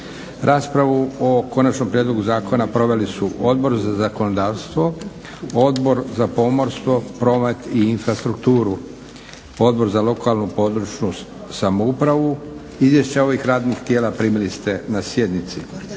Raspravu o konačnom prijedlogu zakona proveli su Odbor za zakonodavstvo, Odbor za pomorstvo, promet i infrastrukturu, Odbor za lokalnu, područnu samoupravu. Izvješća ovih radnih tijela primili ste na sjednici.